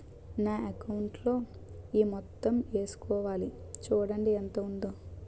నా అకౌంటులో ఈ మొత్తం ఏసుకోవాలి చూడండి ఎంత ఉందో